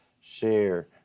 share